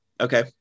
Okay